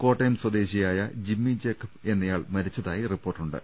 കോട്ടയം സ്വദേശിയായ Jimmy Jacob എന്നയാൾ മരിച്ചതായി റിപ്പോർട്ടു ണ്ട്